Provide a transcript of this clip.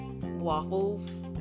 waffles